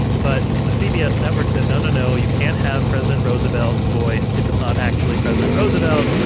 but the cbs network said, no, no, no, you can't have president roosevelt's voice if it's not actually president roosevelt.